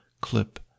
clip